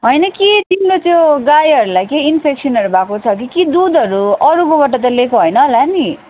होइन कि तिम्रो त्यो गाईहरूलाई केही इन्फेक्सनहरू भएको छ कि कि दुधहरू अरूकोबाट त लिएको होइन होला नि